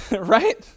Right